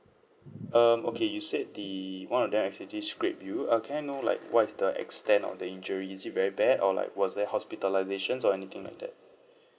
um okay you said the one of them actually just scrape you uh can I know like what's the extent on the injury is it very bad or like was there hospitalization or anything like that